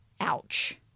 Ouch